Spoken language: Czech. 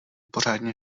pořádně